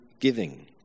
giving